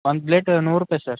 one plate ನೂರು ರೂಪಾಯಿ sir